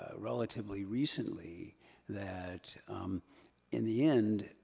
ah relatively recently that in the end,